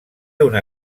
una